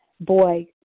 boy